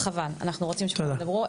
חבל, אנחנו רוצים שהם ידברו.